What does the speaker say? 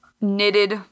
knitted